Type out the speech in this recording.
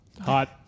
Hot